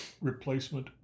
replacement